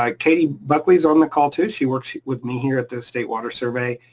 um katie buckley is on the call too. she works with me here at the state water survey.